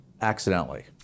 accidentally